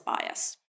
bias